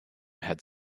had